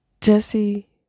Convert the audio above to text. Jesse